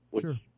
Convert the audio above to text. sure